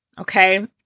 okay